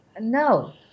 No